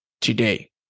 today